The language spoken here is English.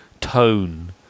tone